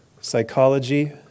psychology